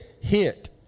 hit